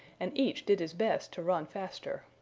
and each did his best to run faster.